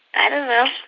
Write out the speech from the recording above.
i don't know